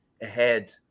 ahead